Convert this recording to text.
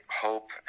hope